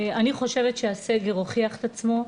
אני חושבת שהסגר הוכיח את עצמו,